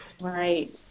Right